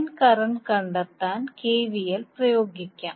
line current കണ്ടെത്താൻ KVL പ്രയോഗിക്കാം